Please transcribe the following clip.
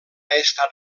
estat